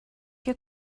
your